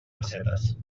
pessetes